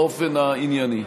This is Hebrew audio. באופן הענייני.